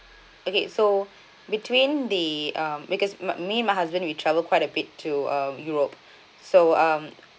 okay so between the uh because my me my husband we travel quite a bit to uh europe so um